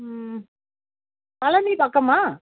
ம் பழனி பக்கமாக